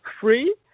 free